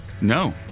No